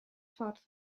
ffordd